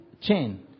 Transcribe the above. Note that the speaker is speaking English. chain